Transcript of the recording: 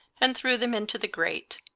and threw them into the grate.